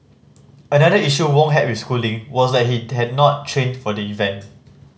another issue Wong had with Schooling was that he had not trained for the event